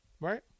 Right